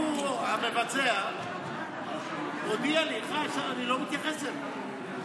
ההוא, המבצע, הודיע לי, אני לא מתייחס אליו.